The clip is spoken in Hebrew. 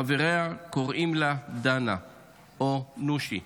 חבריה קוראים לה דנה או נושי.